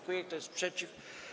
Kto jest przeciw?